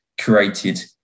created